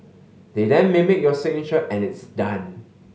they then mimic your signature and it's done